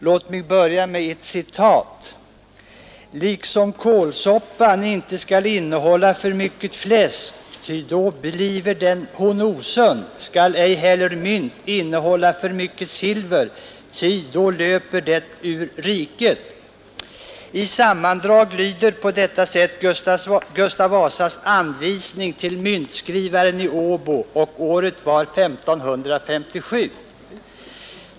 Låt mig börja med ett citat: ”Liksom kålsoppan inte skall innehålla för mycket fläsk ty då bliver hon osund skall ej heller mynt innehålla för mycket silver ty då löper det ur riket.” I sammandrag lyder på detta sätt Gustav Vasas anvisning till myntskrivaren i Åbo. Året var 1557.